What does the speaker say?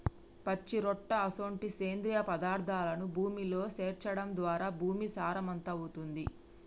పచ్చిరొట్ట అసొంటి సేంద్రియ పదార్థాలను భూమిలో సేర్చడం ద్వారా భూమి సారవంతమవుతుంది